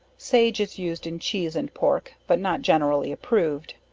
sage, is used in cheese and pork, but not generally approved.